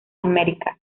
american